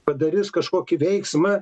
padarys kažkokį veiksmą